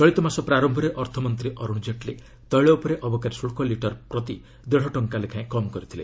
ଚଳିତ ମାସ ପ୍ରାରମ୍ଭରେ ଅର୍ଥମନ୍ତ୍ରୀ ଅରୁଣ କେଟ୍ଲୀ ତୈଳ ଉପରେ ଅବକାରୀ ଶୁଳ୍କ ଲିଟର ପିଛା ଦେଡ଼ ଟଙ୍କା ଲେଖାଏଁ କମ୍ କରିଥିଲେ